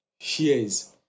shares